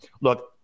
Look